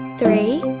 three